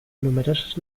numerosas